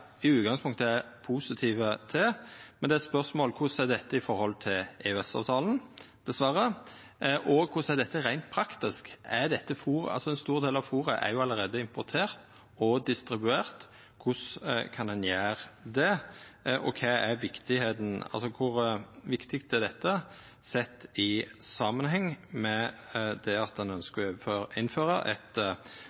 utgangspunktet er positive til, er det eit spørsmål korleis dette er i forhold til EØS-avtalen, dessverre, og korleis dette er reint praktisk, for ein stor del av fôret er jo allereie importert og distribuert. Korleis kan ein gjera det, og kor viktig er dette sett i samanheng med at ein